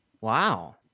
Wow